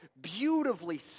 beautifully